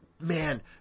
man